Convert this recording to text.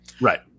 Right